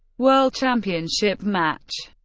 world championship match